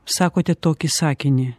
sakote tokį sakinį